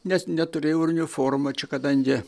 nes neturėjau ir uniformą čia kadangi